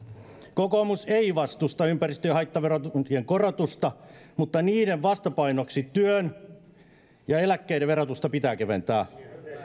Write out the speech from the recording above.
kokoomus ei vastusta ympäristö ja haittaverojen korotusta mutta niiden vastapainoksi työn ja eläkkeiden verotusta pitää keventää